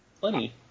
plenty